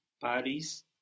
paris